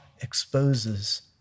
exposes